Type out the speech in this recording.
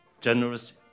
generous